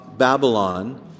Babylon